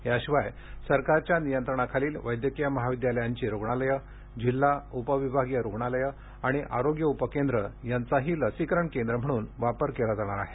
याशिवाय सरकारच्या नियंत्रणाखालील वैद्यकीय महाविद्यालयांची रुग्णालयं जिल्हा उपविभागीय रुग्णालयं आणि आरोग्य उप केंद्रे यांचाही लसीकरण केंद्र म्हणून वापर केला जाणार आहे